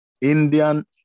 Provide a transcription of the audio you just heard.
Indian